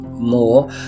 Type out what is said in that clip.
more